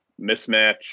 mismatch